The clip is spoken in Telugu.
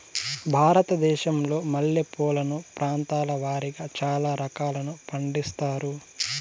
భారతదేశంలో మల్లె పూలను ప్రాంతాల వారిగా చానా రకాలను పండిస్తారు